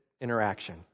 interaction